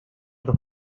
dos